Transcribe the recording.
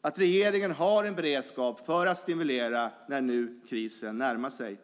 att regeringen har en beredskap för att stimulera när nu krisen närmar sig.